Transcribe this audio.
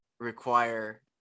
require